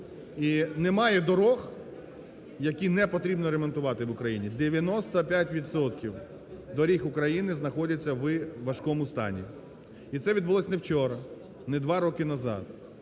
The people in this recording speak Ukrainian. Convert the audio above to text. І немає доріг, які не потрібно ремонтувати в Україні. 95 відсотків доріг України знаходяться у важкому стані. І це відбулось не вчора, не 2 роки назад,